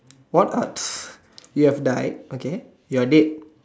what are you have died okay you are dead